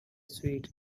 sweet